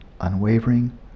unwavering